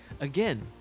again